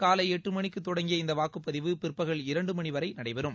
காலை எட்டு மணிக்கு தொடங்கிய இந்த வாக்குப்பதிவு பிற்பகல் இரண்டு மணி வரை நடைபெறும்